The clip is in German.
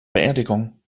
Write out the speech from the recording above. beerdigung